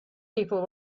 people